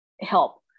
help